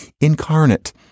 incarnate